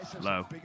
Low